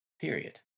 Period